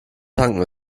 tanken